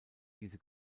diese